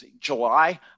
July